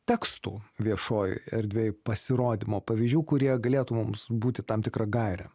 tekstų viešojoj erdvėj pasirodymo pavyzdžių kurie galėtų mums būti tam tikra gaire